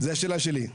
זו השאלה שלי.